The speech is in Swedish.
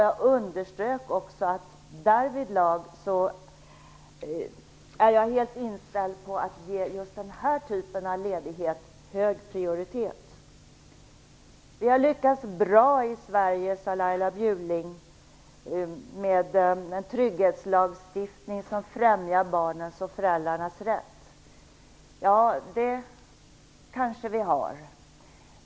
Jag underströk också att jag därvidlag är helt inställd på att ge just den här typen av ledighet hög prioritet. Vi har lyckats bra i Sverige, sade Laila Bjurling, med en trygghetslagstiftning som främjar barnens och föräldrarnas rätt. Ja, det kanske vi har.